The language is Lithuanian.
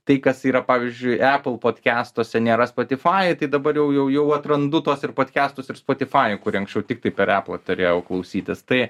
tai kas yra pavyzdžiui epl podkestuose nėra spotifajuj tai dabar jau jau jau atrandu tuos ir podkestus ir spotifajuj kur anksčiau tiktai per eplą turėjau klausytis tai